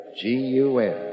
G-U-N